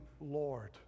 Lord